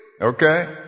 Okay